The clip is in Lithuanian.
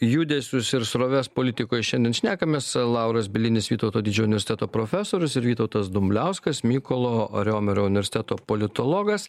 judesius ir sroves politikoj šiandien šnekamės lauras bielinis vytauto didžiojo universiteto profesorius ir vytautas dumbliauskas mykolo riomerio universiteto politologas